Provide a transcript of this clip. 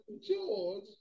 George